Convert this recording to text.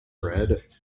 bread